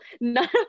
none